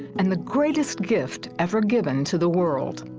and the greatest gift ever given to the world.